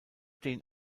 den